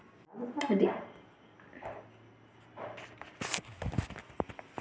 ज्वार में कितनी अनुपात में एन.पी.के मिलाना चाहिए?